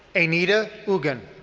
anita ugen.